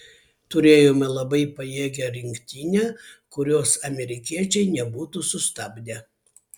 turėjome labai pajėgią rinktinę kurios amerikiečiai nebūtų sustabdę